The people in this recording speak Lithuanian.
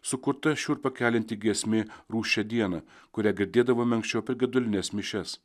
sukurta šiurpą kelianti giesmė rūsčią dieną kurią girdėdavome anksčiau per gedulines mišias